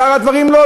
שאר הדברים, לא.